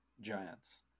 giants